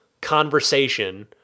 conversation